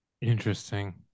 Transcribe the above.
Interesting